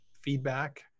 feedback